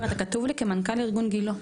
עומר, אתה כתוב לי כמנכ"ל ארגון גילה.